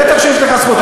בטח שיש לך זכות.